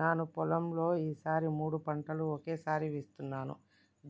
నాను మన పొలంలో ఈ సారి మూడు పంటలు ఒకేసారి వేస్తున్నాను